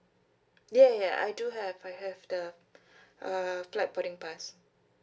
ya ya ya I do have I have the uh flight boarding pass